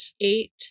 eight